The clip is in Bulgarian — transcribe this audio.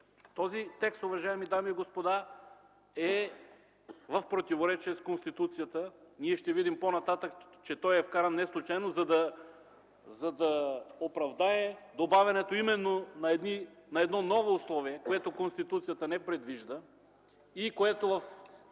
Този текст, уважаеми дами и господа, е в противоречие с Конституцията. Ние ще видим по-нататък, че той е вкаран неслучайно, за да оправдае добавянето именно на едно ново условие, което Конституцията не предвижда и което в